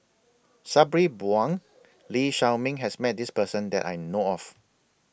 Sabri Buang Lee Shao Meng has Met This Person that I know of